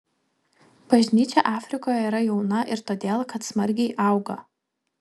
bažnyčia afrikoje yra jauna ir todėl kad smarkiai auga